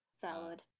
Valid